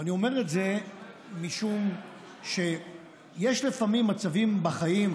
ואני אומר את זה משום שיש לפעמים מצבים בחיים,